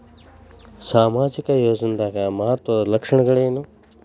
ಸಾಮಾಜಿಕ ಯೋಜನಾದ ಮಹತ್ವದ್ದ ಲಕ್ಷಣಗಳೇನು?